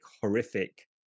horrific